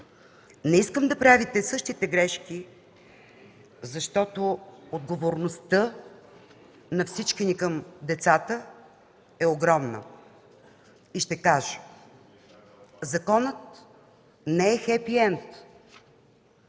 Не искам да правите същите грешки, защото отговорността на всички ни към децата е огромна. И ще кажа – законът не е хепи енд.